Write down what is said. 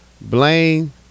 Blaine